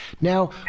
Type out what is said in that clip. Now